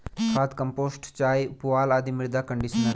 खाद, कंपोस्ट चाय, पुआल आदि मृदा कंडीशनर है